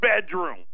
bedroom